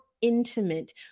intimate